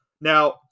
Now –